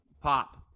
pop